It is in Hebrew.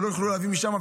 שלא יוכלו להביא משם,